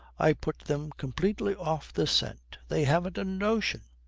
i put them completely off the scent! they haven't a notion!